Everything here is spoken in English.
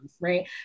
Right